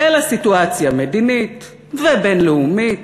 אלא סיטואציה מדינית ובין-לאומית,